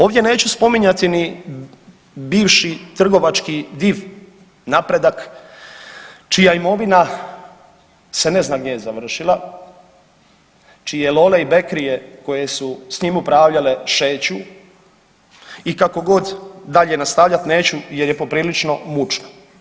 Ovdje neću spominjati ni bivši trgovački div Napredak čija imovina se ne zna gdje je završila čije lole i bekrije koje su s njim upravljale šeću i kako god dalje nastavljat neću jer je poprilično mučno.